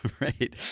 Right